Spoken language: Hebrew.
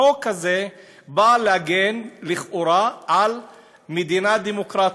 החוק הזה בא להגן לכאורה על מדינה דמוקרטית,